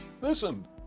Listen